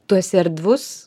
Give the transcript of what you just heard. tu esi erdvus